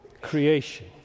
creation